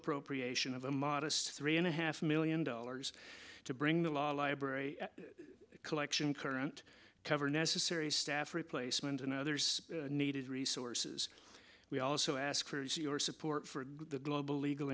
appropriation of a modest three and a half million dollars to bring the law library collection current cover necessary staff replacement and others needed resources we also ask for your support for the global legal